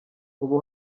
ubu